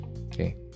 okay